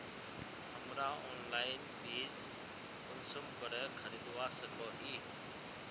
हमरा ऑनलाइन बीज कुंसम करे खरीदवा सको ही?